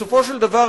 בסופו של דבר,